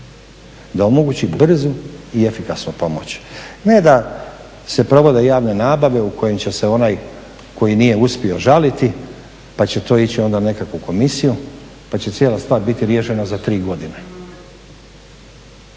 da omogući brzu i efikasnu pomoć. Ne da se provode javne nabave u kojima će se onaj koji nije uspio žaliti pa će to ići onda na nekakvu komisiju pa će cijela stvar biti riješena za tri godine.